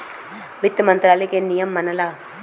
वित्त मंत्रालय के नियम मनला